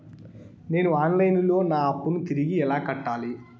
నేను online లో నా అప్పును తిరిగి ఎలా కట్టాలి?